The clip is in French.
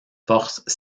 forces